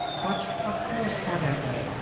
but of course, thought alice,